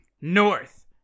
North